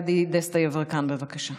או סיפור של יהודים מול ערבים, מחמיץ את כל